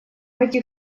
этих